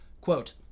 Quote